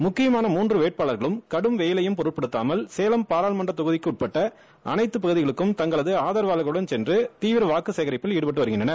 முக்கியமான மூன்று வேட்பாளர்களும் கடும் வெயிலையும் பொருட்படுத்தாமல் சேலம் பாரா ளுமன்றத் தொகுதிக்குள்பட்ட அனைத்து ப்குதிகளுக்கும் தங்களது ஆதரவாளர்களுடன் சென் று தீவிர வாக்கு சேகரிப்பில் ஈடுபட்டுள்ளனர்